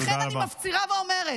לכן אני מפצירה ואומרת,